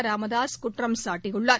ராமதாக குற்றம் சாட்டியுள்ளார்